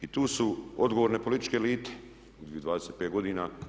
I tu su odgovorne političke elite u ovih 25 godina.